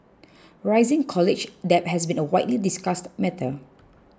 rising college debt has been a widely discussed matter